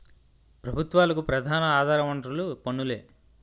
ప్రభుత్వాలకు ప్రధాన ఆధార వనరులు పన్నులే